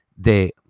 De